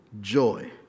joy